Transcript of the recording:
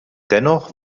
dennoch